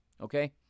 Okay